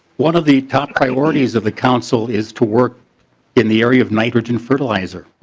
one of the top priorities of the council is to work in the area of nitrogen fertilizer.